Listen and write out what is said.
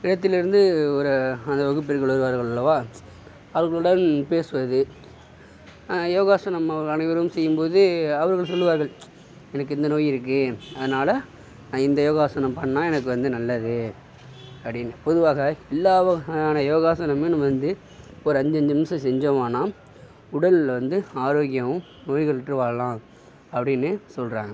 இடத்திலிருந்து ஒரு அந்த வகுப்பிற்கு வருவார்கள் அல்லவா அவர்களுடன் பேசுவது யோகாசனம் அவர்கள் அனைவரும் செய்யும் போது அவர்கள் சொல்லுவார்கள் எனக்கு இந்த நோய் இருக்கு அதனால் நான் இந்த யோகாசனம் பண்ணா எனக்கு வந்து நல்லது அப்படினு பொதுவாக எல்லா வகையான யோகாசனமும் நம்ப வந்து ஒரு அஞ்சு அஞ்சு நிமிஷம் செஞ்சோமானால் உடலில் வந்து ஆரோக்கியமும் நோய்களற்று வாழலாம் அப்படின்னு சொல்லுறாங்க